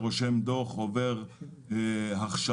שרושם דוח עובר הכשרות,